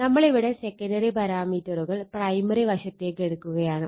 നമ്മൾ ഇവിടെ സെക്കണ്ടറി പാരാമീറ്ററുകൾ പ്രൈമറി വശത്തേക്ക് എടുക്കുകയാണ്